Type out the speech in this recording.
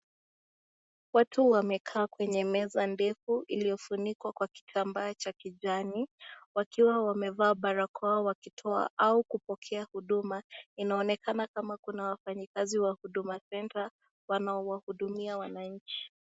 Watu wamekaa kwenye meza ndefu iliyofunikwa kwa kitambaa cha kijani wakiwa wamevaa barakoa wakitoa au kupokea huduma. Inaonekana kama kuna wafanyikazi wa huduma Center wanaowahudumia wananchi.